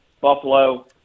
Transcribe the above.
Buffalo